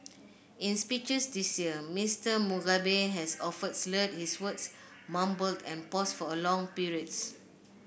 in speeches this year Mister Mugabe has often slurred his words mumbled and paused for long periods